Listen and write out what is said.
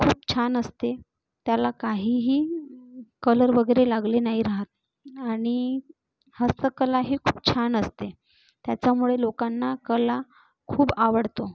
खूप छान असते त्याला काहीही कलर वगैरे लागले नाही राहत आणि हस्तकला ही खूप छान असते त्याच्यामुळे लोकांना कला खूप आवडतो